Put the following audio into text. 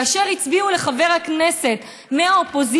כאשר הצביעו לחבר הכנסת מהאופוזיציה,